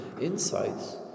insights